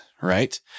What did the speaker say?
right